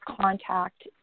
contact